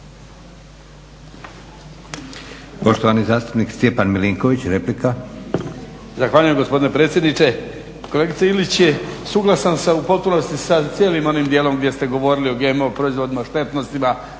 Poštovani zastupnik Stjepan Milinković, replika.